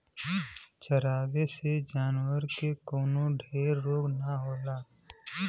चरावे से जानवर के कवनो ढेर रोग ना होला